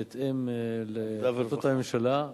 בהתאם להחלטות הממשלה,